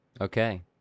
Okay